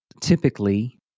typically